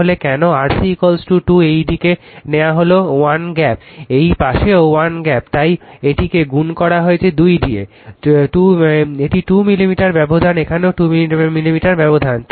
তাহলে কেন R C 2 এই দিকে নেওয়া হল 1 গ্যাপ এই পাশেও 1 গ্যাপ তাই এটিকে গুন করা হয়েছে 2 দিয়ে এটি 2 মিলিমিটার ব্যবধান এখানেও 2 মিলিমিটার ব্যবধান